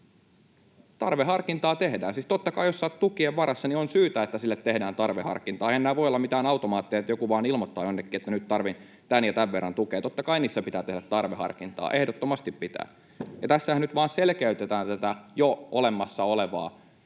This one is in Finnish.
Tarveharkintaa tehdään. Siis totta kai, jos sinä olet tukien varassa, on syytä, että sille tehdään tarveharkintaa. Eiväthän nämä voi olla mitään automaatteja, että joku vain ilmoittaa jonnekin, että nyt tarvitsen tämän ja tämän verran tukea. [Minja Koskela: Eihän se nytkään mene niin!] Totta kai niissä pitää tehdä tarveharkintaa, ehdottomasti pitää. Tässähän nyt vain selkeytetään tätä jo olemassa olevaa